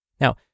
Now